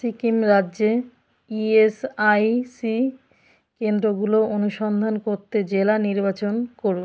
সিকিম রাজ্যে ইএসআইসি কেন্দ্রগুলো অনুসন্ধান করতে জেলা নির্বাচন করুন